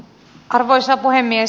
arvoisa puhemies